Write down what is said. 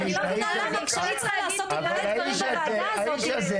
אני לא מבינה למה כשאני צריכה לעשות דברים בוועדה הזאתי,